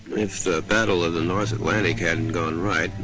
if the battle of the north atlantic hadn't gone right,